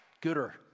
gooder